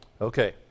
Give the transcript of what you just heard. Okay